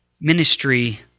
ministry